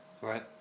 Right